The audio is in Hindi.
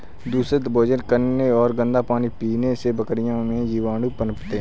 दूषित भोजन करने और गंदा पानी पीने से बकरियों में जीवाणु पनपते हैं